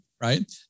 right